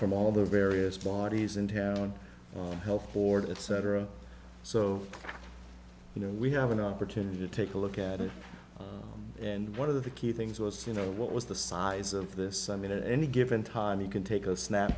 from all the various bodies in town health board etc so you know we have an opportunity to take a look at it and one of the key things was you know what was the size of this i mean at any given time you can take a snap